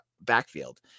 backfield